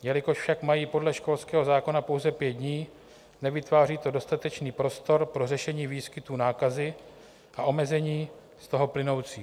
Jelikož však mají podle školského zákona pouze pět dní, nevytváří to dostatečný prostor pro řešení výskytu nákazy a omezení z toho plynoucích.